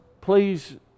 Please